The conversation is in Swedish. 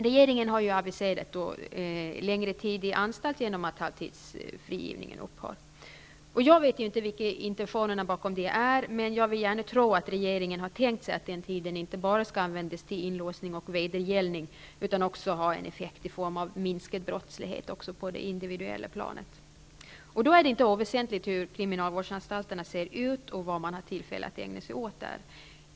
Regeringen har aviserat att tiden i anstalterna skall bli längre genom att halvtidsfrigivningen upphör. Jag vet inte vilka intentionerna bakom detta är, men jag vill gärna tro att regeringen har tänkt sig att tiden inte bara skall användas till inlåsning och vedergällning utan också ha en effekt i form av minskad brottslighet även på det individuella planet. Med tanke på detta är det inte oväsentligt hur kriminalvårdsanstalterna ser ut och vad man där har tillfälle att ägna sig åt.